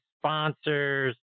sponsors